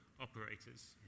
operators